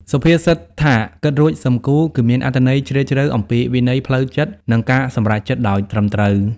សុភាសិតថា "គិតរួច សឹមគូ" គឺមានអត្ថន័យជ្រាលជ្រៅ អំពីវិន័យផ្លូវចិត្ត និងការសម្រេចចិត្តដោយត្រឹមត្រូវ។